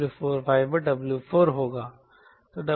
तो यह W5W4 होगा